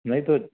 नहीं तो